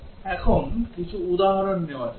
এখন কিছু উদাহরণ নেওয়া যাক